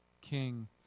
King